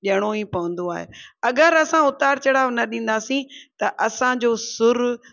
ॾियणो ई पवंदो आहे अगरि असां उतार चढ़ाव न ॾींदासीं त असांजो सुर